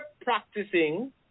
practicing